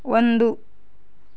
ಒಂದು